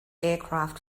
aircraft